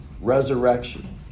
resurrection